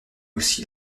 aussi